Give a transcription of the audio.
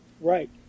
right